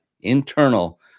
internal